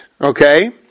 okay